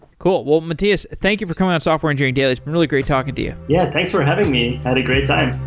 cool. well, mathias, thank you for coming on software engineering daily. it's been really great talking to you yeah, thanks for having me. i had a great time.